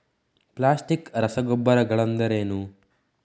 Plastic ರಸಗೊಬ್ಬರಗಳೆಂದರೇನು?